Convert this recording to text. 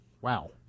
Wow